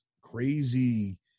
crazy